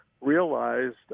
realized